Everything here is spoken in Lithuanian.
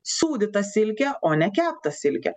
sūdytą silkę o ne keptą silkę